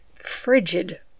frigid